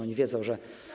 Oni wiedzą, że.